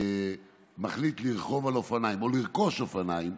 שמחליט לרכוב על אופניים או לרכוש אופניים,